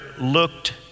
looked